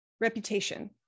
reputation